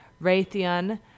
Raytheon